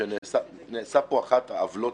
שנעשתה פה אחת העוולות